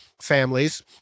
families